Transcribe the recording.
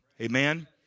Amen